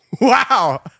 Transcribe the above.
Wow